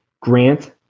grant